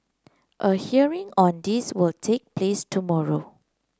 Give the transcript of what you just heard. a hearing on this will take place tomorrow